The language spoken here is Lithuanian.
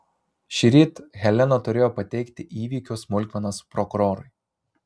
šįryt helena turėjo pateikti įvykio smulkmenas prokurorui